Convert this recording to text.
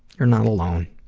you are not alone.